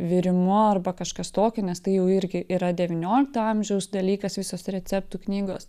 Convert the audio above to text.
virimu arba kažkas tokio nes tai jau irgi yra devyniolikto amžiaus dalykas visos receptų knygos